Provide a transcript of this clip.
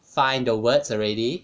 find the words already